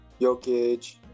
Jokic